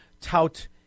tout